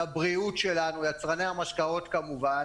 לבריאות שלנו יצרני המשקאות כמובן